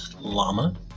Llama